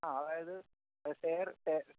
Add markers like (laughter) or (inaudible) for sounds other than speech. ആ അതായത് സ്റ്റെയർ (unintelligible)